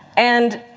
and,